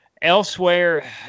elsewhere